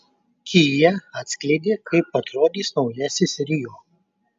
kia atskleidė kaip atrodys naujasis rio